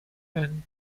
and